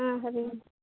ಹಾಂ ರಿನ್